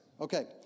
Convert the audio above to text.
Okay